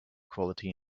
quality